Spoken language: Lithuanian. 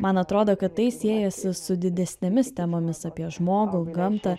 man atrodo kad tai siejasi su didesnėmis temomis apie žmogų gamtą